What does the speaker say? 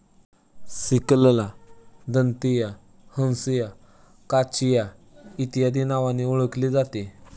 सिकलला दंतिया, हंसिया, काचिया इत्यादी नावांनी ओळखले जाते